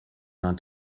not